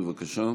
בבקשה.